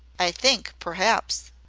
i think, perhaps,